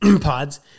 Pods